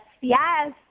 Yes